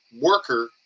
worker